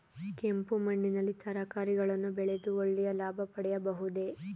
ಕೆಂಪು ಮಣ್ಣಿನಲ್ಲಿ ತರಕಾರಿಗಳನ್ನು ಬೆಳೆದು ಒಳ್ಳೆಯ ಲಾಭ ಪಡೆಯಬಹುದೇ?